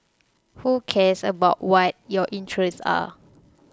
who cares about what your interests are